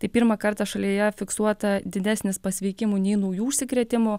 tai pirmą kartą šalyje fiksuota didesnis pasveikimų nei naujų užsikrėtimų